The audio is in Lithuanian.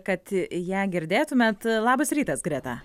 kad ją girdėtumėt labas rytas greta